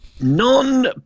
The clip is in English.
Non